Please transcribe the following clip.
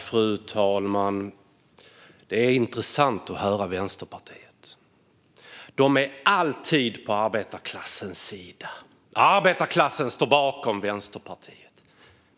Fru talman! Det är intressant att höra Vänsterpartiet. De är alltid på arbetarklassens sida. Arbetarklassen står bakom Vänsterpartiet.